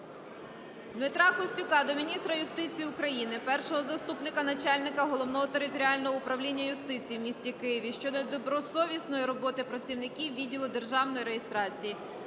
Дмитра Костюка до міністра юстиції України, першого заступника начальника Головного територіального управління юстиції у місті Києві щодо недобросовісної роботи працівників Відділу державної реєстрації